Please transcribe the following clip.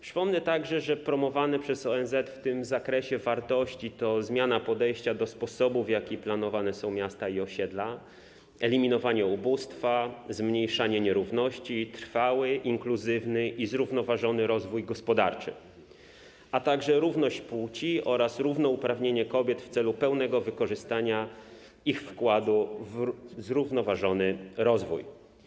Przypomnę także, że promowane przez ONZ w tym zakresie wartości to zmiana podejścia do sposobu, w jaki planowane są miasta i osiedla, eliminowanie ubóstwa, zmniejszanie nierówności, trwały, inkluzywny i zrównoważony rozwój gospodarczy, a także równość płci oraz równouprawnienie kobiet w celu pełnego wykorzystania ich wkładu w zrównoważony rozwój.